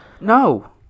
no